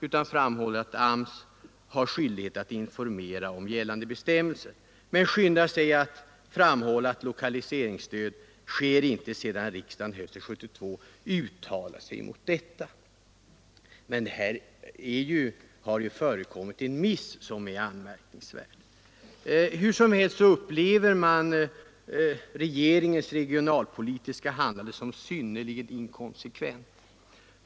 Han framhåller att AMS har skyldighet att informera om gällande bestämmelser men skyndar sig betona att lokaliseringsstöd inte ges sedan riksdagen hösten 1972 uttalade sig emot detta. Här har förekommit en miss som är anmärkningsvärd. Hur som helst upplevs regeringens regionalpolitiska handlande såsom synnerligen inkonsekvent.